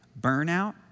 burnout